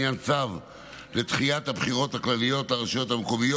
צו לדחיית הבחירות הכלליות לרשויות המקומיות